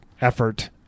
effort